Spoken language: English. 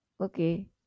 Okay